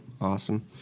awesome